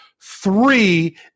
three